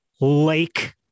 lake